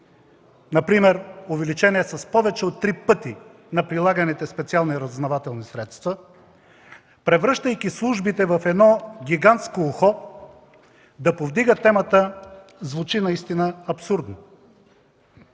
например има увеличение с повече от три пъти на прилаганите специални разузнавателни средства, превръщайки службите в едно гигантско ухо, да повдига темата, звучи наистина абсурдно.